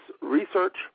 Research